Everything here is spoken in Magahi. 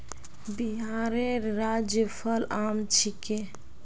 बिहारेर राज्य फल आम छिके